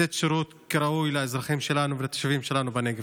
לתת שירות ראוי לאזרחים שלנו ולתושבים שלנו בנגב.